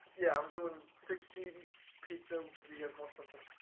yeah. i'm doing six cheese pizza. do you guys want something?